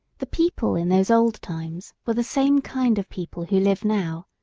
the people in those old times were the same kind of people who live now.